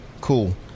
Cool